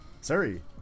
siri